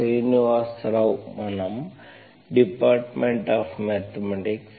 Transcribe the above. ಶ್ರೀನಿವಾಸ್ ರಾವ್ ಮನಂ department of mathematics